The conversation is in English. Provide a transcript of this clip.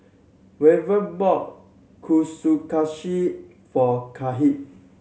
Weaver bought for Kahlil